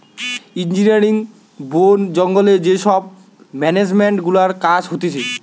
engineering, বোন জঙ্গলে যে সব মেনেজমেন্ট গুলার কাজ হতিছে